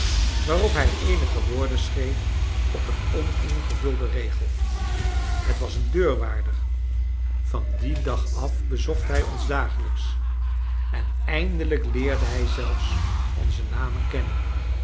waarop hij eenige woorden schreef op een oningevulden regel het was een deurwaarder van dien dag af bezocht hij ons dagelijks en eindelijk leerde hij zelfs onze namen kennen